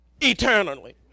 eternally